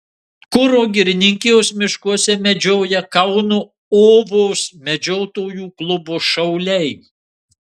kuro girininkijos miškuose medžioja kauno ovos medžiotojų klubo šauliai